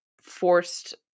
forced